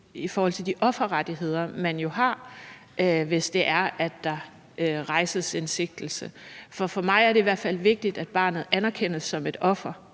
hensyn til de offerrettigheder, man jo har, hvis der rejses en sigtelse? For for mig er det i hvert fald vigtigt, at barnet anerkendes som et offer.